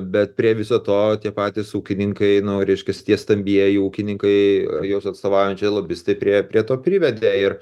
bet prie viso to tie patys ūkininkai nu reiškias tie stambieji ūkininkai juos atstovaujančiai lobistai priėjo prie to privedė ir